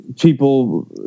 People